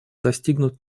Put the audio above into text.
достигнут